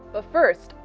ah first,